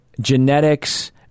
genetics